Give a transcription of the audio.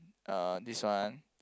uh this one